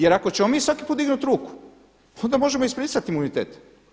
Jer ako ćemo mi svaki puta dignuti ruku onda možemo izbrisati imunitet.